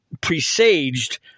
presaged